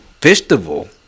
Festival